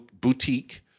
boutique